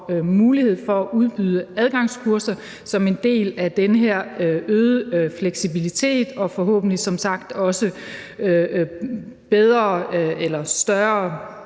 mulighed for at udbyde adgangskurser som en del af den her øgede fleksibilitet, og det vil forhåbentlig som sagt også betyde større